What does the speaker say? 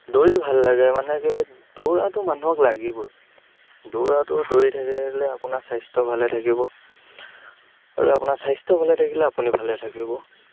দৌৰি ভাল লাগে মানে কেলৈ দৌৰাটো মানুহক লাগিবই দৌৰাটো দৌৰি থাকিলিলে আপোনাৰ স্বাস্থ্য ভালে থাকিব আৰু আপোনাৰ স্বাস্থ্য ভালে থাকিলে আপুনি ভালে থাকিব